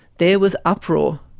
there was uproar.